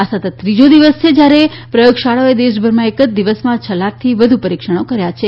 આ સતત ત્રીજો દિવસ છે જ્યારે પ્રયોગશાળાઓએ દેશભરમાં એક જ દિવસમાં છ લાખથી વધુ પરીક્ષણો કર્યા છે